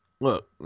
Look